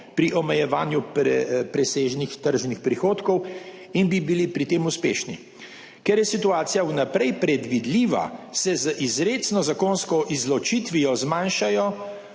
pri omejevanju presežnih tržnih prihodkov in bi bili pri tem uspešni. Ker je situacija vnaprej predvidljiva, se z izrecno zakonsko izločitvijo zmanjšajo